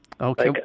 Okay